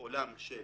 עולם של